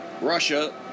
Russia